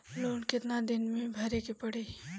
Loan कितना दिन मे भरे के पड़ी?